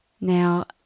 Now